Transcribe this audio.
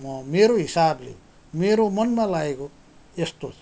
म मेरो हिसाबले मेरो मनमा लागेको यस्तो छ